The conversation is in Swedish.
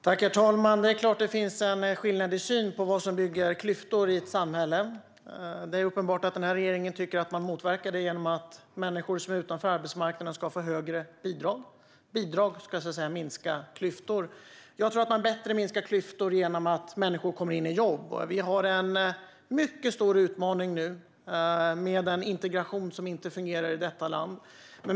Herr talman! Det är klart att det finns en skillnad i syn på vad som bygger klyftor i ett samhälle. Det är uppenbart att regeringen tycker att man motverkar klyftorna genom att människor som står utanför arbetsmarknaden ska få högre bidrag. Bidrag ska minska klyftor. Jag tror att man bättre minskar klyftor genom att människor kommer in i jobb. Det finns nu en mycket stor utmaning med en icke fungerande integration i detta land.